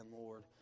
Lord